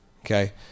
okay